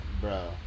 Bro